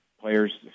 players